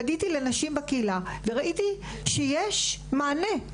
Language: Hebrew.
פניתי לנשים בקהילה וראיתי שיש מענה.